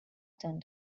turned